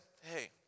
hey